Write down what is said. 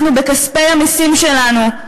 אנחנו, בכספי המסים שלנו.